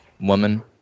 woman